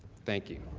thank you.